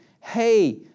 hey